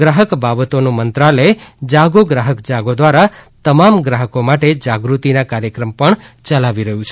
ગ્રાહક બાબતોનું મંત્રાલય જાગો ગ્રાહક જાગો દ્વારા તમામ ગ્રાહકો માટે જાગૃતિના કાર્યક્રમ પણ ચલાવી રહ્યું છે